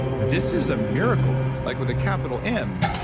this is a miracle, like with a capital m,